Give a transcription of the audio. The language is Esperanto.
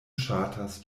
ŝatas